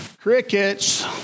Crickets